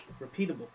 repeatable